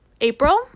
April